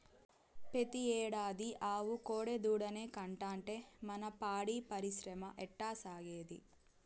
పెతీ ఏడాది ఆవు కోడెదూడనే కంటాంటే మన పాడి పరిశ్రమ ఎట్టాసాగేది